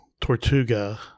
Tortuga